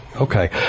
Okay